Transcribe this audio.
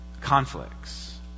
conflicts